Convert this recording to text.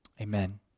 Amen